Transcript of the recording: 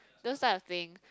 those type of thing